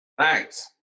Thanks